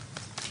מדי...